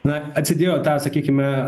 na atsidėjo tą sakykime